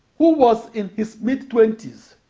who was in his mid twenty s,